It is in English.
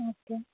okay